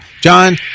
John